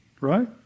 right